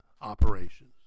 operations